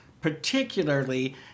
Particularly